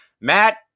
Matt